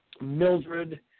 Mildred